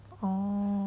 orh